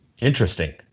Interesting